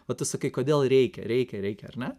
o tu sakai kodėl reikia reikia reikia ar ne